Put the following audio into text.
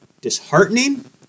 disheartening